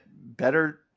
better